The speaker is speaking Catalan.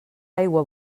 aigua